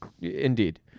Indeed